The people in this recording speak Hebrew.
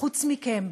חוץ מכם.